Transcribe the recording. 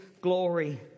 glory